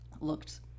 looked